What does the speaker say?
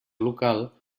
local